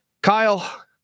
Kyle